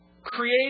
create